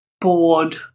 bored